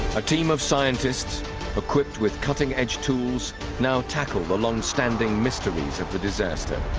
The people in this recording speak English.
a team of scientists equipped with cutting-edge tools now tackle the long-standing mysteries of the disaster